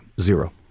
zero